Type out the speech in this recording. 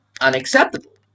unacceptable